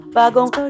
bagong